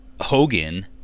Hogan